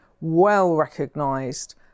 well-recognised